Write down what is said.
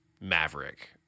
Maverick